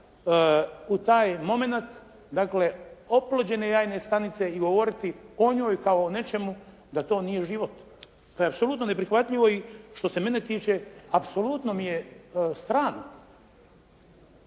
u taj momenat dakle oplođene jajne stanice i govoriti o njoj kao o nečemu da to nije život. To je apsolutno neprihvatljivo i što se mene tiče apsolutno mi je strano.